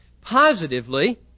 Positively